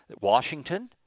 Washington